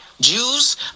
Jews